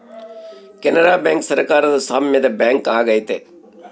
Canara bank ಸರಕಾರದ ಸಾಮ್ಯದ bank ಆಗೈತೆ